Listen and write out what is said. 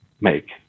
make